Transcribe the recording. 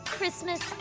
Christmas